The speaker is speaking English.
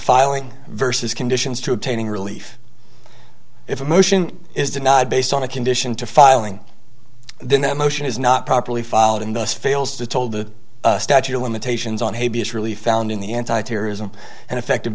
filing versus conditions to obtaining relief if a motion is denied based on a condition to filing then that motion is not properly filed and thus fails to told the statute of limitations on a b s really found in the anti terrorism and effective